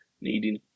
needing